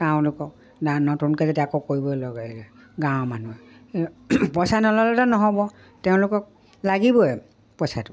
গাঁৱৰ লোকক নতুনকৈ যদি আকৌ কৰিবই গাঁৱৰ মানুহে পইচা নল'লেতো নহ'ব তেওঁলোকক লাগিবই পইচাটো